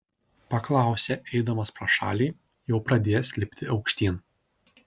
paklausė eidamas pro šalį jau pradėjęs lipti aukštyn